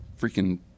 freaking